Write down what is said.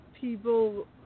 people